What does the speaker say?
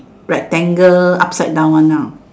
rectangle upside down one nah